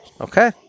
Okay